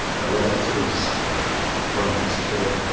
our relatives were almost killed.